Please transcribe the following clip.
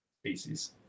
species